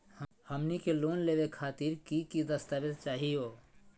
हमनी के लोन लेवे खातीर की की दस्तावेज चाहीयो?